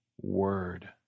word